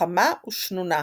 חכמה ושנונה,